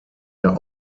der